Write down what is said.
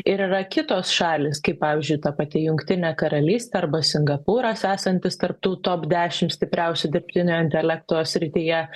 ir yra kitos šalys kaip pavyzdžiui ta pati jungtinė karalystė arba singapūras esantis tarp tų top dešimt stipriausių dirbtinio intelekto srityje